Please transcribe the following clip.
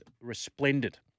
resplendent